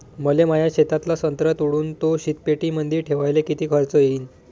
मले माया शेतातला संत्रा तोडून तो शीतपेटीमंदी ठेवायले किती खर्च येईन?